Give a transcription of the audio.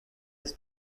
its